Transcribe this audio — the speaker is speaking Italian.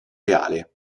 reale